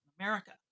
america